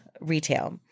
retail